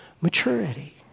maturity